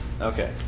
Okay